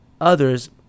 others